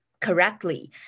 correctly